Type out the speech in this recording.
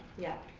yeah,